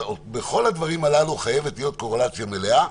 בכל הדברים הללו חייבת להיות קורלציה מלאה.